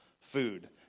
food